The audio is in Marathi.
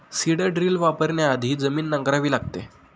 सीड ड्रिल वापरण्याआधी जमीन नांगरावी लागते